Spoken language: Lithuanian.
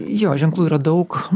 jo ženklų yra daug